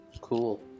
Cool